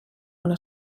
una